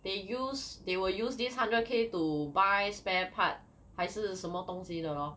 they use they will use this hundred k to buy spare part 还是什么东西的 lor